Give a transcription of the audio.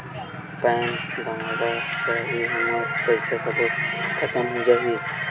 Pan गंवा जाही हमर पईसा सबो खतम हो जाही?